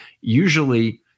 usually